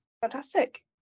Fantastic